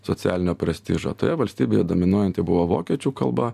socialinio prestižo toje valstybėje dominuojanti buvo vokiečių kalba